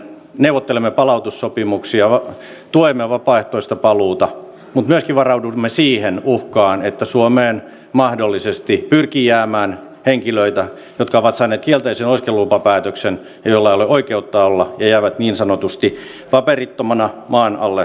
neuvottelemme palautussopimuksia tuemme vapaaehtoista paluuta mutta myöskin varaudumme siihen uhkaan että suomeen mahdollisesti pyrkii jäämään henkilöitä jotka ovat saaneet kielteisen oleskelulupapäätöksen ja joilla ei ole oikeutta olla ja jotka jäävät niin sanotusti paperittomina maan alle yhteiskuntaan